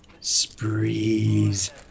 Sprees